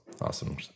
awesome